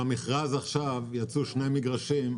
עכשיו במכרז יצאו שני מגרשים.